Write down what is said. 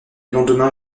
lendemain